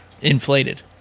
inflated